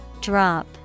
Drop